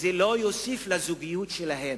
זה לא יוסיף לזוגיות שלהם,